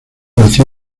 nació